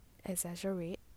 exaggerate